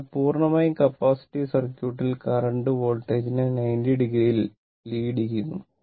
അതിനാൽ പൂർണ്ണമായും കപ്പാസിറ്റീവ് സർക്യൂട്ടിൽ കറന്റ് വോൾട്ടേജിനെ 90o ലീഡ് ചെയ്യുന്നു